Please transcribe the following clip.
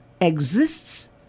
exists